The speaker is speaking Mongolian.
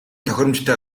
тохиромжтой